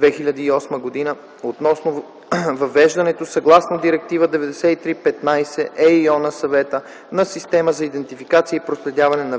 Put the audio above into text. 2008 г. относно въвеждането, съгласно Директива 93/15/ЕИО на Съвета, на система за идентификация и проследяване на